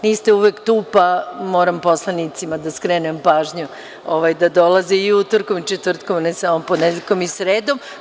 Niste uvek tu, pa moram poslanicima da skrenem pažnju da dolaze i utorkom i četvrtkom, ne samo ponedeljkom i sredom.